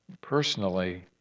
personally